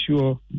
sure